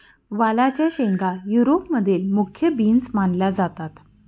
वालाच्या शेंगा युरोप मधील मुख्य बीन्स मानल्या जातात